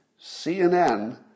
CNN